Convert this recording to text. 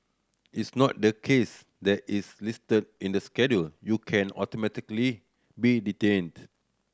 it's not the case that its listed in the Schedule you can automatically be detained